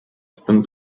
spent